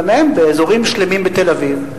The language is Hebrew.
באזורים שלמים בתל-אביב,